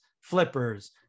flippers